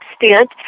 extent